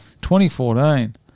2014